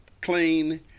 clean